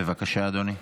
בבקשה, אדוני.